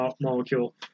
molecule